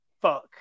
fuck